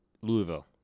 Louisville